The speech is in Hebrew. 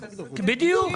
בדיוק.